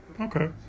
Okay